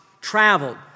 traveled